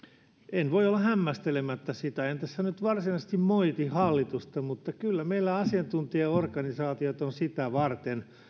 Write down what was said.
en voi olla hämmästelemättä sitä en tässä nyt varsinaisesti moiti hallitusta mutta kyllä meillä asiantuntijaorganisaatiot ovat sitä varten